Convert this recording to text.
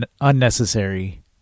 unnecessary